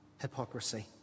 hypocrisy